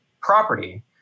property